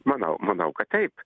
manau manau kad taip